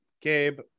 gabe